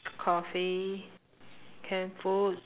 coffee canned foods